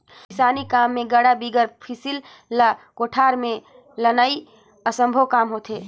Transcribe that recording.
किसानी काम मे गाड़ा बिगर फसिल ल कोठार मे लनई असम्भो काम होथे